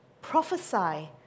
Prophesy